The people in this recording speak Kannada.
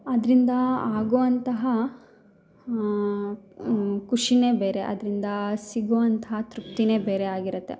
ಅದ್ರಿಂದ ಆಗುವಂತಹ ಖುಷಿನೇ ಬೇರೆ ಅದರಿಂದ ಸಿಗುವಂತಹ ತೃಪ್ತಿನೇ ಬೇರೆ ಆಗಿರತ್ತೆ